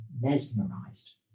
mesmerized